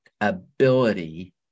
ability